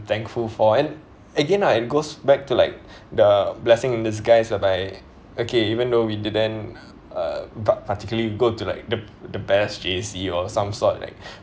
thankful for and again I goes back to like the blessing in disguise uh by okay even though we didn't uh bu~ particularly go to like the the best J_C or some sort like